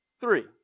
three